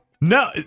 No